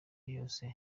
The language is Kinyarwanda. yose